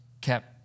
kept